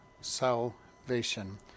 salvation